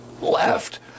left